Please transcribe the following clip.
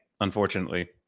unfortunately